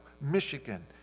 Michigan